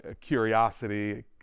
curiosity